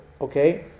okay